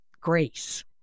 grace